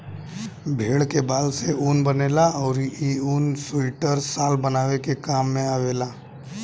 भेड़ के बाल से ऊन बनेला अउरी इ ऊन सुइटर, शाल बनावे के काम में आवेला